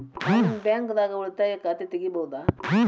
ನಾ ನಿಮ್ಮ ಬ್ಯಾಂಕ್ ದಾಗ ಉಳಿತಾಯ ಖಾತೆ ತೆಗಿಬಹುದ?